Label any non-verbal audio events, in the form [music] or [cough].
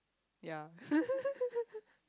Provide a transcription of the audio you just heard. ya [laughs]